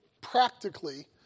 practically